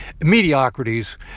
mediocrities